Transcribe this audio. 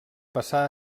passà